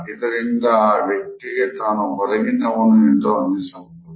ಇದರಿಂದ ಆ ವ್ಯಕ್ತಿಗೆ ತಾನು ಹೊರಗಿನವನು ಎಂದು ಅನ್ನಿಸಬಹುದು